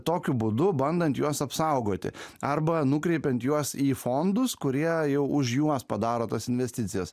tokiu būdu bandant juos apsaugoti arba nukreipiant juos į fondus kurie jau už juos padaro tas investicijas